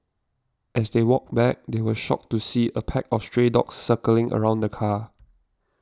as they walked back they were shocked to see a pack of stray dogs circling around the car